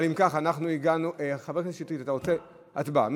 אבל אם כך, חבר הכנסת שטרית, אתה רוצה, הצבעה.